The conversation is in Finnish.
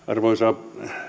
arvoisa herra